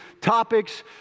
topics